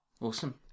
Awesome